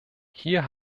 hier